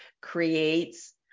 creates